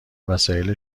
وسایل